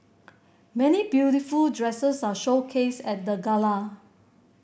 many beautiful dresses are showcased at the gala